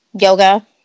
Yoga